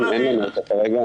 אין לנו אותו כרגע,